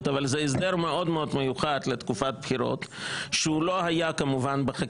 אבל זה הסדר מאוד מאוד מיוחד לתקופת בחירות שהוא לא היה בחקיקה